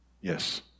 yes